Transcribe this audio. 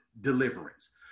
deliverance